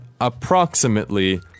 approximately